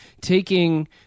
taking